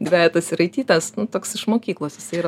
dvejetas įraitytas toks iš mokyklos jisai yra